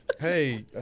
Hey